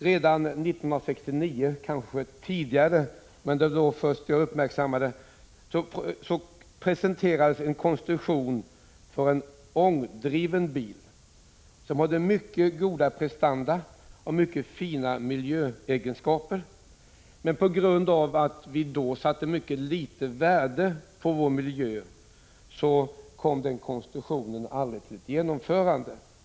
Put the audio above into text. Redan år 1969 — kanske tidigare men jag uppmärksammade det först då — presenterades en konstruktion för en ångdriven bil, som hade mycket goda prestanda och mycket fina miljöegenskaper. Men på grund av att vi då satte mycket litet värde på vår miljö kom den konstruktionen aldrig till genomförande.